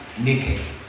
naked